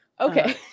Okay